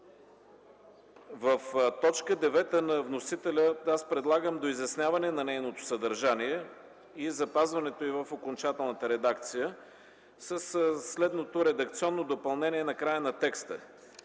В т. 9 на вносителя предлагам доизясняване на нейното съдържание и запазването й в окончателната редакция със следното редакционно допълнение накрая на текста.